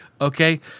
Okay